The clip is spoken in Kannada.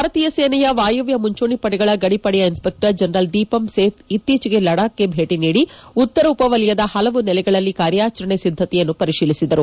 ಭಾರತೀಯ ಸೇನೆಯ ವಾಯವ್ಯ ಮುಂಚೂಣಿ ಪಡೆಗಳ ಗಡಿ ಪಡೆಯ ಇನ್ಸ್ಪೆಕ್ಷರ್ ಜನರಲ್ ದೀಪಂ ಸೇತ್ ಇತ್ತೀಚೆಗೆ ಲಡಾಕ್ಗೆ ಭೇಟ ನೀಡಿ ಉತ್ತರ ಉಪವಲಯದ ಪಲವು ನೆಲೆಗಳಲ್ಲಿ ಕಾರ್ಯಾಚರಣೆ ಸಿದ್ದತೆಯನ್ನು ಪರಿಶೀಲಿಸಿದರು